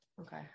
Okay